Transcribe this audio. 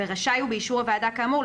ורשאי הוא באישור הוועדה כאמור,